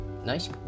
nice